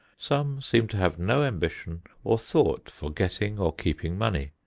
some seem to have no ambition or thought for getting or keeping money.